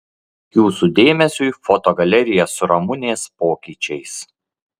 jūsų dėmesiui foto galerija su ramunės pokyčiais